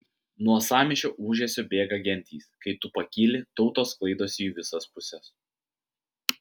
nuo sąmyšio ūžesio bėga gentys kai tu pakyli tautos sklaidosi į visas puses